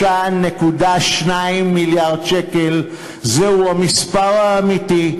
33.2 מיליארד שקל זהו המספר האמיתי,